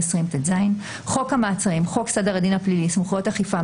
220טז; "חוק המעצרים" - חוק סדר הדין הפלילי (סמכויות אכיפה,